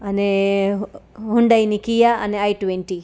અને હ્યુન્ડાઇની કિયા અને આઈ ટવેન્ટી